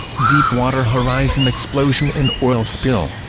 deepwater horizon explosion and oil spill